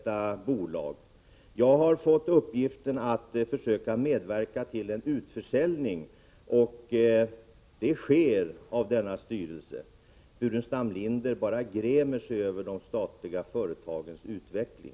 Om Zenit Shipping Jag har fått uppgiften att försöka medverka till en utförsäljning, vilken görs = AB av denna styrelse. Herr Burenstam Linder bara grämer sig över de statliga företagens utveckling.